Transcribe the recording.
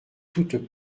toutes